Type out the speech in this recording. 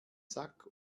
sack